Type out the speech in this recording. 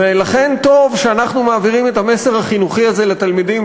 ולכן טוב שאנחנו מעבירים את המסר החינוכי הזה לתלמידים,